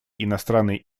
иностранные